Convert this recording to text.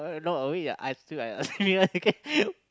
no on me I ask you I ask me one okay